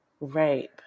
rape